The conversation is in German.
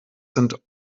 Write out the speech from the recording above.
sind